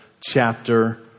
chapter